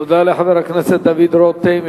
תודה לחבר הכנסת דוד רותם,